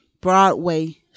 Broadway